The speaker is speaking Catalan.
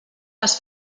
les